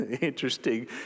Interesting